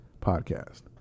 Podcast